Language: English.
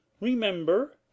remember